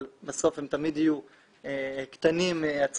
אבל בסוף הם תמיד יהיו קטנים מהצרכים.